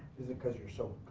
is it because you're so